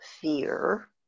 fear